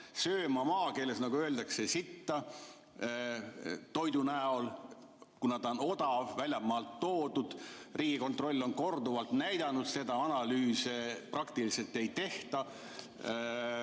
sööma maakeeles öeldult sitta toidu asemel, kuna see on odav, väljamaalt toodud. Riigikontroll on korduvalt näidanud, et analüüse praktiliselt ei tehta,